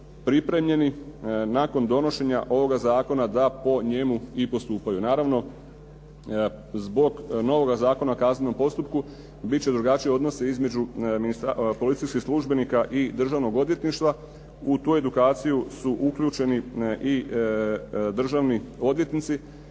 pripremljeni nakon donošenja ovoga zakona da po njemu i postupaju. Naravno zbog novoga Zakona o kaznenom postupku bit će drugačiji odnosi između policijskih službenika i državnog odvjetništva. U tu edukaciju su uključeni i državni odvjetnici.